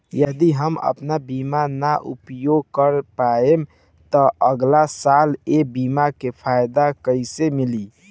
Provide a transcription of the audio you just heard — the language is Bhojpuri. यदि हम आपन बीमा ना उपयोग कर पाएम त अगलासाल ए बीमा के फाइदा कइसे मिली?